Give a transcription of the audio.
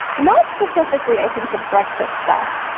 not specifically i think the brexit stuff.